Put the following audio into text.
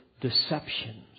deceptions